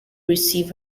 receive